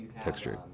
texture